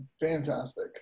Fantastic